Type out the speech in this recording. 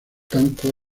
cuatro